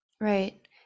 Right